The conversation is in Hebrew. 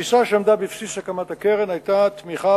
התפיסה שעמדה בבסיס הקמת הקרן היתה תמיכה